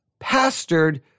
pastored